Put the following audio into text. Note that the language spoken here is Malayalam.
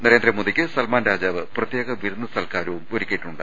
നരേന്ദ്രമോദിക്ക് സൽമാൻ രാജാവ് പ്രത്യേക വിരുന്ന് സൽക്കാരവും ഒരുക്കിയിട്ടുണ്ട്